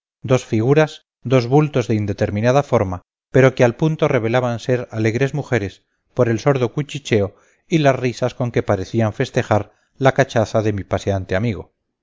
dos figuras dos bultos de indeterminada forma pero que al punto revelaban ser alegres mujeres por el sordo cuchicheo y las risas con que parecían festejar la cachaza de mi paseante amigo